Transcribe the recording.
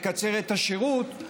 לקצר את השירות,